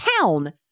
town